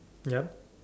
ya